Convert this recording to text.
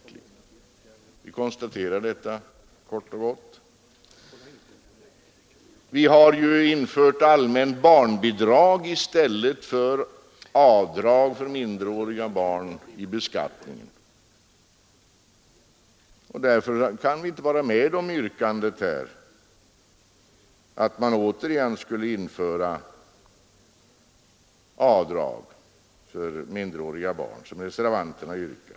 Vi konstaterar detta kort och gott. Det har ju införts allmänt barnbidrag i stället för avdrag för minderåriga barn vid beskattningen. Därför kan vi inte vara med om att återigen införa avdrag för minderåriga barn såsom reservanterna yrkar.